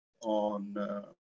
on